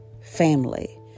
family